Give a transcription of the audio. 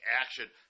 action